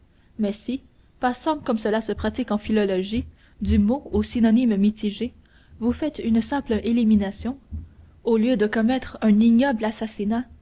mais si passant comme cela se pratique en philologie du mot au synonyme mitigé vous faites une simple élimination au lieu de commettre un ignoble assassinat